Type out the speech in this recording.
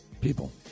people